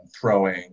throwing